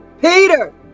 Peter